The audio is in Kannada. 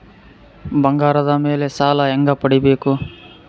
ಬಂಗಾರದ ಮೇಲೆ ಸಾಲ ಹೆಂಗ ಪಡಿಬೇಕು?